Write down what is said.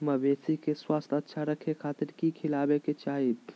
मवेसी के स्वास्थ्य अच्छा रखे खातिर की खिलावे के चाही?